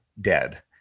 dead